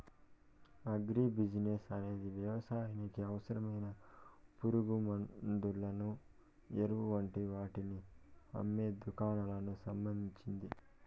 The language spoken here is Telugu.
అగ్రి బిసినెస్ అనేది వ్యవసాయానికి అవసరమైన పురుగుమండులను, ఎరువులు వంటి వాటిని అమ్మే దుకాణాలకు సంబంధించింది